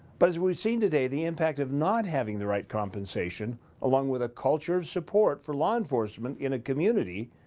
but as we have seen today, the impact of not having the right compensation along with a culture of support for law enforcement in a community,